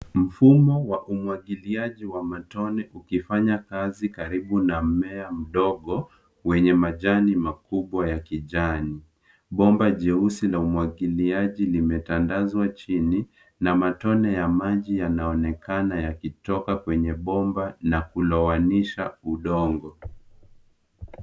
Mfumo wa umwagiliaji wa matone ukifanya kazi karibu na mmea mdogo wenye majani makubwa ya kijani. Bomba jeusi la umwagiliaji limetandazwa chini na matone ya maji yanaonekana yakitoka kwenye bomba na kulowanisha udongo.